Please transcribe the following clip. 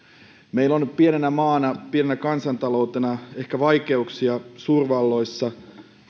meillä on pienenä maana pienenä kansantaloutena ehkä vaikeuksia kaupankäynnissä suurvalloissa